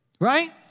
Right